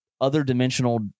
other-dimensional